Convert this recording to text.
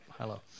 Hello